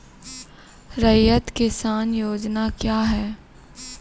रैयत किसान योजना क्या हैं?